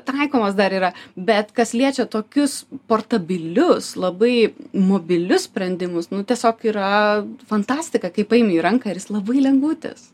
taikomos dar yra bet kas liečia tokius portabilius labai mobilius sprendimus nu tiesiog yra fantastika kai paimi į ranką ir jis labai lengvutis